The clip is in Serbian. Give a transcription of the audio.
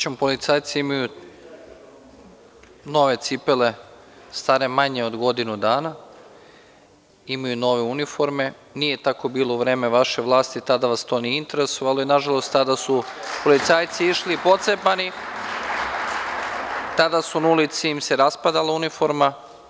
Srećom policajci imaju nove cipele stare manje od godinu dana, imaju nove uniforme, nije tako bilo u vreme vaše vlasti, tada vas to nije interesovalo i nažalost tada su policajci išli pocepani, tada su im se na ulici raspadale uniforme.